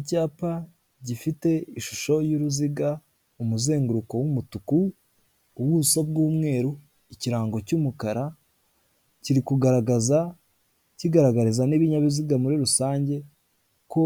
Icyapa gifite ishusho y'uruziga, umuzenguruko w'umutuku, ubuso bw'umweru, ikirango cy'umukara, kiri kugaragaza, kigaragariza n'ibinyabiziga muri rusange ko